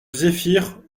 zéphyr